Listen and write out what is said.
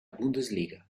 bundesliga